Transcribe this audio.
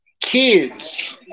kids